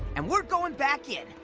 and we're going back in.